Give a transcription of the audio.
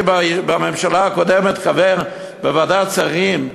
אי-אמון בממשלת הזיגזג הזו.